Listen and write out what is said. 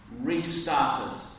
restarted